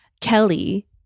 Kelly